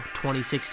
2016